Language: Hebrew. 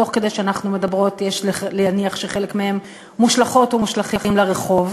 תוך כדי שאנחנו מדברות יש להניח שחלק מהם מושלכות ומושלכים לרחוב,